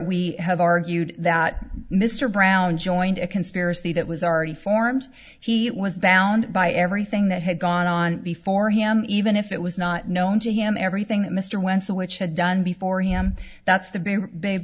we have argued that mr brown joined a conspiracy that was already formed he was bound by everything that had gone on before him even if it was not known to him every i think mr wessel which had done before him that's the